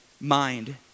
mind